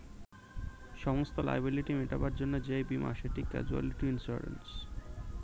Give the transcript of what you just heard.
সমস্ত লায়াবিলিটি মেটাবার জন্যে যেই বীমা সেটা ক্যাজুয়ালটি ইন্সুরেন্স